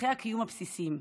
צורכי הקיום הבסיסיים.